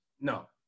no